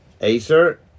Acer